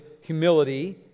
humility